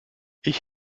ich